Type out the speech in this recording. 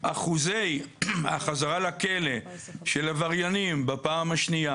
אחוזי החזרה לכלא של עבריינים בפעם השנייה